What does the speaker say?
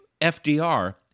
FDR